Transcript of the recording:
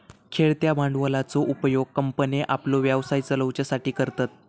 खेळत्या भांडवलाचो उपयोग कंपन्ये आपलो व्यवसाय चलवच्यासाठी करतत